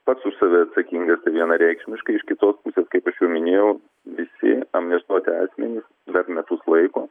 pats už save atsakingas vienareikšmiškai iš kitos pusės kaip aš jau minėjau visi amnestuoti asmenys dar metus laiko